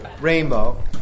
rainbow